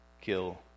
kill